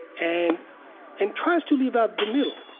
and and tries to leave out the middle.